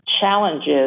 challenges